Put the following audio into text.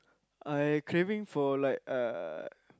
I craving for like uh